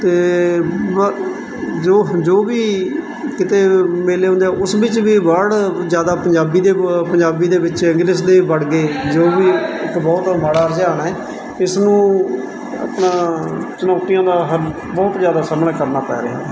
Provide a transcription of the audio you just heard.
ਅਤੇ ਬ ਜੋ ਜੋ ਵੀ ਕਿਤੇ ਮੇਲੇ ਹੁੰਦੇ ਆ ਉਸ ਵਿੱਚ ਵੀ ਵਰਡ ਜ਼ਿਆਦਾ ਪੰਜਾਬੀ ਦੇ ਵ ਪੰਜਾਬੀ ਦੇ ਵਿੱਚ ਇੰਗਲਿਸ਼ ਦੇ ਵੜ ਗਏ ਜੋ ਵੀ ਇੱਕ ਬਹੁਤ ਮਾੜਾ ਇਸ ਨੂੰ ਆਪਣਾ ਚੁਣੌਤੀਆਂ ਦਾ ਬਹੁਤ ਜ਼ਿਆਦਾ ਸਾਹਮਣਾ ਕਰਨਾ ਪੈ ਰਿਹਾ